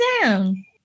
down